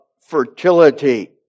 fertility